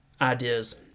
ideas